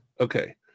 Okay